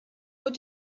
what